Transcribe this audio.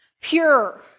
pure